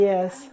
Yes